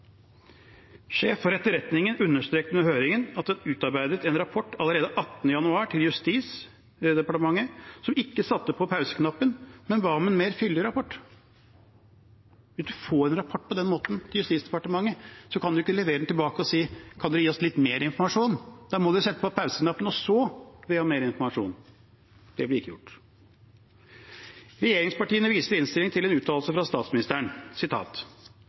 Sjef for etterretningen understreket under høringen at de utarbeidet en rapport allerede 18. januar til Justisdepartementet, som ikke satte på pauseknappen, men ba om en mer fyldig rapport. Hvis man får en rapport på den måten til Justisdepartementet, kan man ikke levere den tilbake og si: Kan dere gi oss litt mer informasjon? Da må man sette på pauseknappen og så be om mer informasjon. Det ble ikke gjort. Regjeringspartiene viser i innstillingen til en uttalelse fra statsministeren: